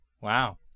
Wow